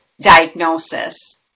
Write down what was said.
diagnosis